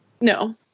No